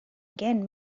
again